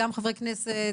גם חברי כנסת,